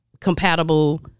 compatible